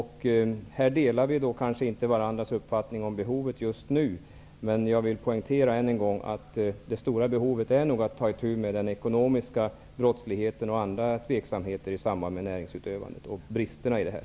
Här har vi kanske inte samma uppfattning om behovet just nu, men jag vill än en gång poängtera att det stora behovet nog är att ta itu med den ekonomiska brottsligheten och andra tveksamheter i samband med näringsutövandet och bristerna i det här.